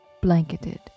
blanketed